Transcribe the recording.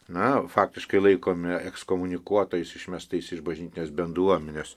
na faktiškai laikomi ekskomunikuotais išmestais iš bažnytinės bendruomenės